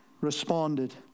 responded